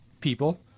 people